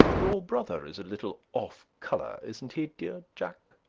your brother is a little off colour, isn't he, dear jack?